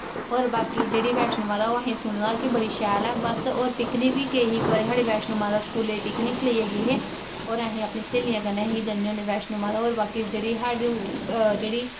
और जेह्ड़ी बैष्णों माता असैं सुनें दा कि बड़ी शैल ऐ और पिकनिक बी गेई ही इक बारी साढ़ी बैष्णों माता पिकनिक लेइयै गे हे और अस अपनी स्हेलियैं कन्नैं गै जन्ने होन्ने बैष्णों माता और बाकी जेह्ड़ी साढ़ी